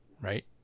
right